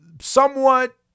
somewhat